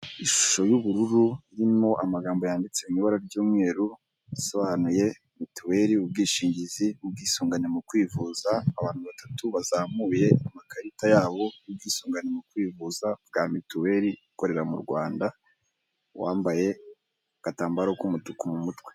Ishusho y'ubururu, irimo amagambo yanditse mu ibara ry'umweru, asobanye " Mutuweli, ubwishingizi n'ubwisungane mu kwivuza", abantu babatu bazamuye amakarita yabo y'ubwisungane mu kwivuza bwa mituweli, ikorera mu Rwanda, uwambaye agatambaro k'umutuku mu mutwe.